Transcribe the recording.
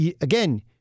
Again